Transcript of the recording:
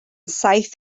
saith